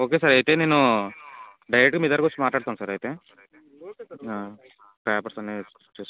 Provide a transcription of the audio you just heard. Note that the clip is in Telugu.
ఓకే సార్ అయితే నేను డైరెక్ట్ మీ దగ్గరకి వచ్చి మాట్లాడుతాను సార్ అయితే పేపర్స్ అన్ని చూసుకుని